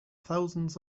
thousands